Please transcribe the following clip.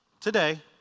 today